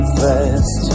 fast